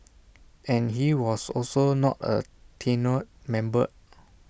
and he was also not A tenured member